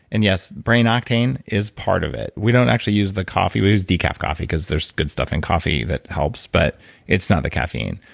and yes, brain octane is part of it. we don't actually use the coffee. we use decaf coffee because there's good stuff in coffee that helps, but it's not the caffeine.